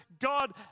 God